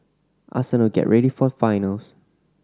Arsenal get ready for the finals